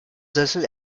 sessel